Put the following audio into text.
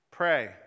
pray